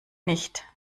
nicht